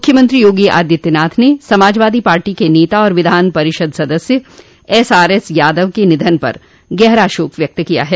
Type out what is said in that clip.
मुख्यमंत्री योगी आदित्यनाथ ने समाजवादी पार्टी के नेता और विधान परिषद सदस्य एसआरएस यादव के निधन पर गहरा शोक व्यक्त किया है